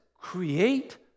Create